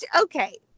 okay